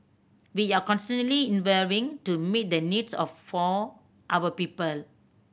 we are constantly evolving to meet the needs of for our people